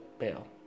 bail